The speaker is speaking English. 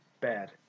bad